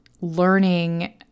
learning